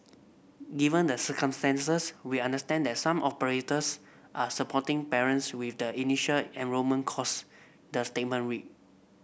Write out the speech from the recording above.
given the circumstances we understand that some operators are supporting parents with the initial enrolment costs the statement read